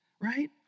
right